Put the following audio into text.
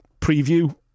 preview